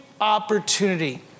opportunity